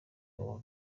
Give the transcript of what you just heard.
uwa